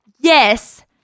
yes